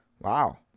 Wow